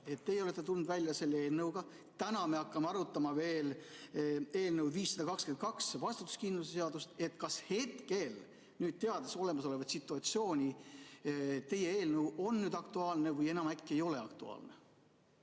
teie olete tulnud välja selle eelnõuga, aga täna me hakkame arutama veel eelnõu 522, vastutuskindlustuse seadust, kas hetkel, nüüd teades olemasolevat situatsiooni, teie eelnõu on aktuaalne või äkki enam ei ole aktuaalne?